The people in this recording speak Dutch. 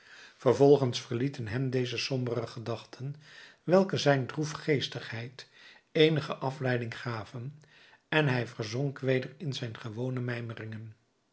vervolgens verlieten hem deze sombere gedachten welke zijn droefgeestigheid eenige afleiding gaven en hij verzonk weder in zijn gewone